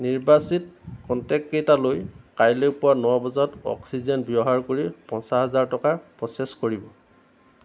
নিৰ্বাচিত কনটেক্ট কেইটালৈ কাইলৈ পুৱা ন বজাত অক্সিজেন ব্যৱহাৰ কৰি পঞ্চাছ হাজাৰ টকাৰ প্ৰ'চেছ কৰিব